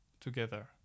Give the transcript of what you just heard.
together